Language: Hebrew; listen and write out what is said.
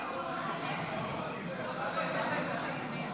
להעביר לוועדה את הצעת חוק הצעת חוק הביטוח הלאומי (תיקון,